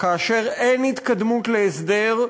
כאשר אין התקדמות להסדר,